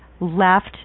left